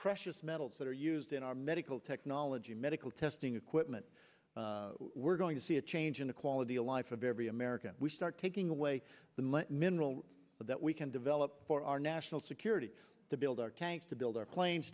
precious metals that are used in our medical technology medical testing equipment we're going to see a change in the quality of life of every american we start taking away the mineral that we can develop for our national security to build our tanks to build